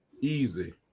easy